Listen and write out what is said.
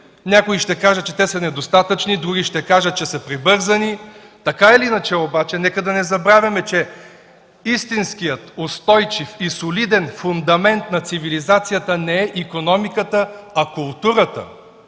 Някой ще каже, че те са недостатъчни, друг ще каже, че са прибързани. Така или иначе, нека не забравяме, че истинският устойчив и солиден фундамент на цивилизацията не е икономиката, а културата